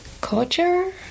culture